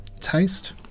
taste